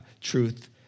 truth